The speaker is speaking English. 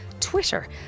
twitter